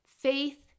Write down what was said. faith